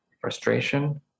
frustration